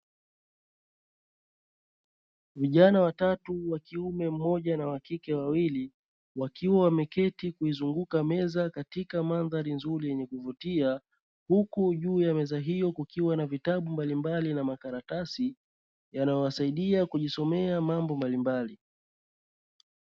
Vijana watatu wakiume mmoja na wakike wawili, wakiwa wameketi kuizunguza meza katika mandhari nzuri yenye kuvutia. Huku juu ya meza hiyo kukiwa na vitabu mbalimbali na makaratasi, yanaowasaidia kujisomea mambo mbalimbali.